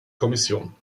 kommission